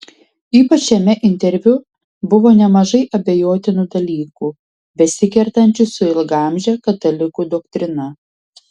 ypač šiame interviu buvo nemažai abejotinų dalykų besikertančių su ilgaamže katalikų doktrina